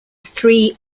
three